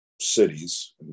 cities